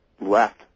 left